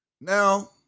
Now